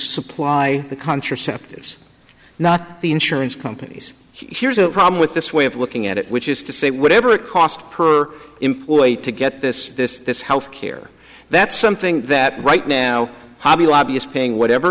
contraceptives not the insurance companies here's a problem with this way of looking at it which is to say whatever it cost per employee to get this this this health care that's something that right now hobby lobby is paying whatever